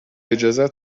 اجازه